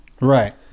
Right